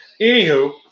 Anywho